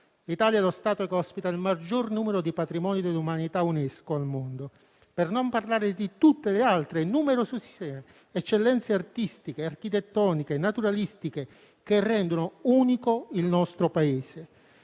L'Italia è lo Stato che ospita il maggior numero di patrimoni dell'umanità UNESCO al mondo; per non parlare di tutte le altre numerosissime eccellenze artistiche, architettoniche e naturalistiche che rendono unico il nostro Paese.